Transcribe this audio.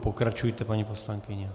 Pokračujte, paní poslankyně.